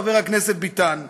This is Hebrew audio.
חבר הכנסת ביטן.